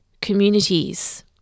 communities